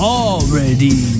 already